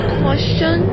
question